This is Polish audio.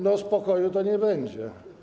No spokoju to nie będzie.